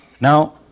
Now